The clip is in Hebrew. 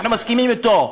אנחנו מסכימים אתו.